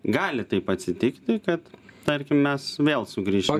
gali taip atsitikti kad tarkim mes vėl sugrįšim